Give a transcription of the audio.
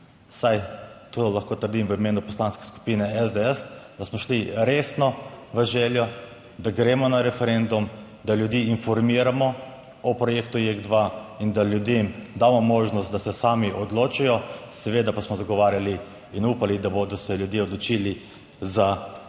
saj to lahko trdim v imenu Poslanske skupine SDS, da smo šli resno v željo, da gremo na referendum, da ljudi informiramo o projektu JEK2 in da ljudem damo možnost, da se sami odločajo, seveda pa smo zagovarjali in upali, da bodo se ljudje odločili za JEK2. Skratka,